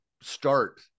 start